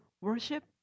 worship